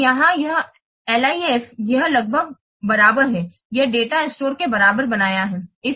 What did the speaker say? तो यहाँ यह LIF यह लगभग बराबर है यह डेटा स्टोर के बराबर बनाया है